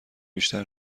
بیشتر